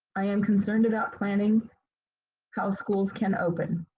i am concerned about planning how schools can open.